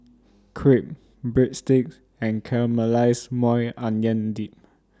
Crepe Breadsticks and Caramelized Maui Onion Dip